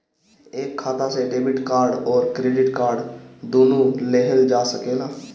एक खाता से डेबिट कार्ड और क्रेडिट कार्ड दुनु लेहल जा सकेला?